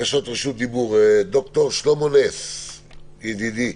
ד"ר שלמה נס ידידי,